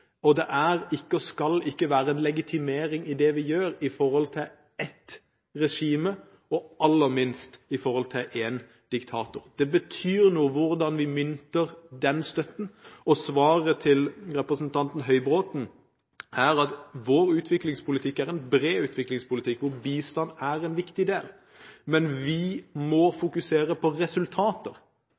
og demokrati. Det er ikke og skal ikke være en legitimering i det vi gjør i forhold til ett regime, og aller minst i forhold til én diktator. Det betyr noe hva vi mynter den støtten på. Svaret til representanten Høybråten er at vår utviklingspolitikk er en bred utviklingspolitikk, og bistand er en viktig del. Men vi må fokusere på resultater,